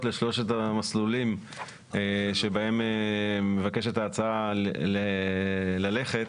לשלושת המסלולים שבהם מבקשת ההצעה ללכת,